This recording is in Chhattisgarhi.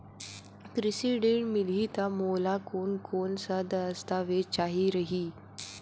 कृषि ऋण मिलही बर मोला कोन कोन स दस्तावेज चाही रही?